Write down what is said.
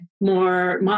more